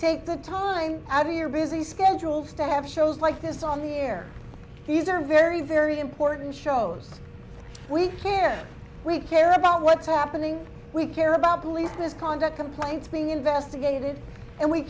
take the time out of your busy schedules to have shows like this on the air these are very very important shows we care we care about what's happening we care about the only misconduct complaints being investigated and we